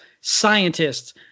scientists